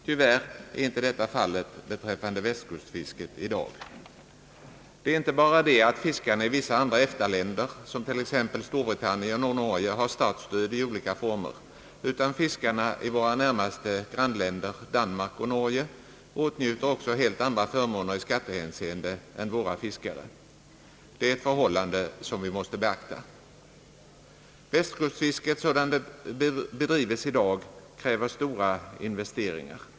Tyvärr är detta inte fallet beträffande västkustfisket i dag. Dei är inte bara det att fiskarna i vissa andra EFTA-länder, som i t.ex. Storbritannien och Norge, har statsstöd i olika former, utan fiskarna i våra närmaste grannländer Danmark och Norge åtnjuter också helt andra förmåner i skattehänseende än våra fiskare. Det är ett förhållande som vi måste beakta. Västkustfisket sådant det bedrives i dag kräver stora investeringar.